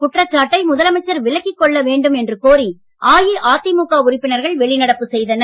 குற்றச்சாட்டை முதலமைச்சர் விலக்கிக் கொள்ள வேண்டும் என்று கோரி அஇஅதிமுக உறுப்பினர்கள் வெளிநடப்பு செய்தனர்